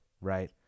Right